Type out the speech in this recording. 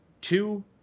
two